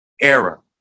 era